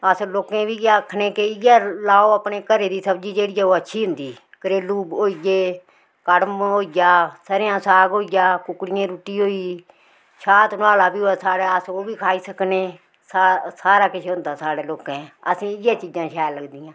अस लोकें बी इ'यै आखने के इयै लाओ अपने घरे दी सब्जी जेह्ड़ी ऐ ओह् अच्छी होंदी करेलु होई गे कड़म होई गेआ सरेआं साग होई गेआ कुक्कडियें रुट्टी होई छाह् तनाला बी होऐ साढ़ै अस ओह् बी खाई सकने सा सारा किश होंदा साढ़ै लोकें असें इयै चीजां शैल लगदियां